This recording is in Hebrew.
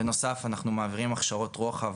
בנוסף אנחנו מעבירים הכשרות רוחב,